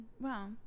Wow